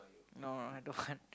no no I don't want